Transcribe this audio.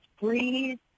breathe